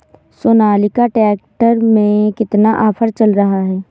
Sonalika tractor में कितना offer चल रहा है?